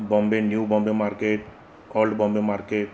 Bombay new Bombay market old Bombay market